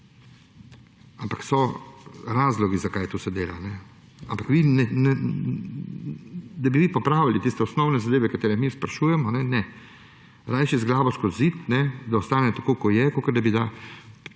Ampak so razlogi, zakaj se to dela. Ampak vi, da bi vi popravili tiste osnovne zadeve, katere mi sprašujemo, ne. Raje z glavo skozi zid, da ostane tako, kot je, kakor da bi